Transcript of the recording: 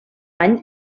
any